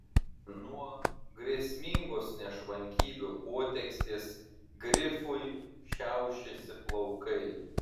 nuo grėsmingos nešvankybių potekstės grifui šiaušėsi plaukai